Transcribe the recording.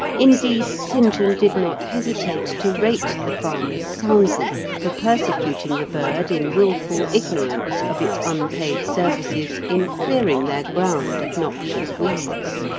indeed, st. john did not hesitate to rate the farmers soundly for persecuting the bird in wilful ignorance of its unpaid services in clearing their ground of noxious weeds.